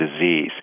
disease